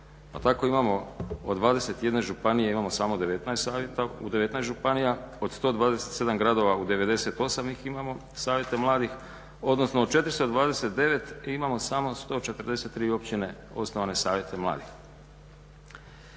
Pa tako imamo od 21 županije, imamo samo 19 savjeta u 19 županija. Od 127 gradova u 98 ih imamo savjete mladih odnosno od 429 imamo samo 143 općine osnovane savjete mladih.